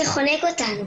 זה חונק אותנו.